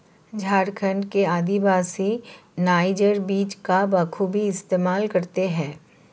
झारखंड के आदिवासी नाइजर बीज का बखूबी इस्तेमाल करते हैं